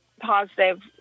positive